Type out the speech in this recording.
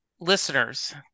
Listeners